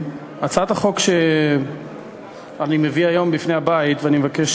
הצעת החוק שאני מביא היום בפני הבית ואני מבקש